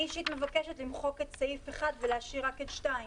אני אישית מבקשת למחוק את סעיף (1) ולהשאיר רק את (2).